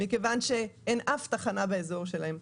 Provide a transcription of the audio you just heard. מכיוון שאין אף תחנה באזור שלהם.